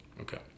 okay